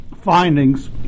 findings